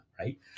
Right